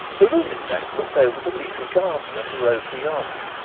the room, in fact, looked over the leafy garden and the road beyond.